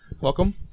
Welcome